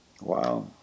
Wow